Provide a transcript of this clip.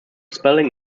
spelling